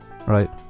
Right